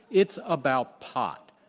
it's about pot.